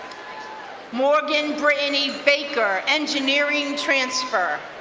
morgan brittany baker, engineering transfer.